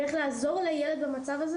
ואיך לעזור לילד במצב הזה